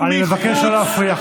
אני מבקש שלא להפריע,